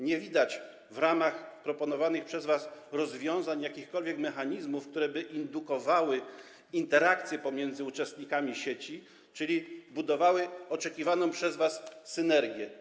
Nie widać w ramach proponowanych przez was rozwiązań jakichkolwiek mechanizmów, które by indukowały interakcje pomiędzy uczestnikami sieci, czyli budowały oczekiwaną przez was synergię.